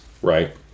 Right